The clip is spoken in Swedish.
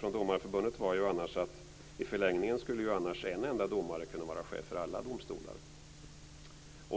Domareförbundets slutsats var att i förlängningen annars en enda domare skulle kunna vara chef för alla domstolar.